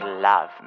love